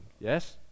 yes